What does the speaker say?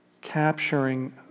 capturing